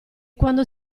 quando